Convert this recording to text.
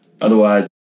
otherwise